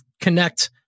connect